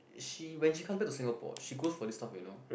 she when she come back to Singapore she goes for this stuff you know